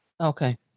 Okay